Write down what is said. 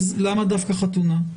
למה דווקא חתונה?